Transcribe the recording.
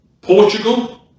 Portugal